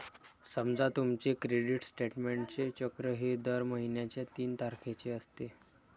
समजा तुमचे क्रेडिट स्टेटमेंटचे चक्र हे दर महिन्याच्या तीन तारखेचे असते